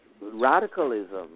Radicalism